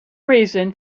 reason